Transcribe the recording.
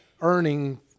earning